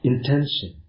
Intention